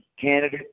candidate